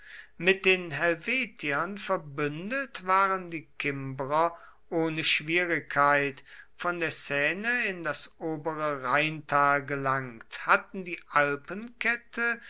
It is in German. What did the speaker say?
mit den helvetiern verbündet waren die kimbrer ohne schwierigkeit von der seine in das obere rheintal gelangt hatten die